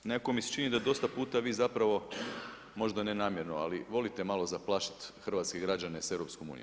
Nekako mi se čini da dosta puta vi zapravo, možda ne namjerno, ali volite malo zaplašiti hrvatske građane s EU.